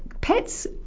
Pets